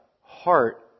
heart